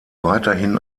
weiterhin